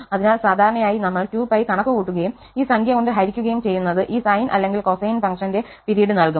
അതിനാൽ സാധാരണയായി നമ്മൾ 2π കണക്കുകൂട്ടുകയും ഈ സംഖ്യ കൊണ്ട് ഹരിക്കുകയും ചെയ്യുന്നത് ഈ sine അല്ലെങ്കിൽ cosine ഫംഗ്ഷന്റെ പിരീഡ് നൽകും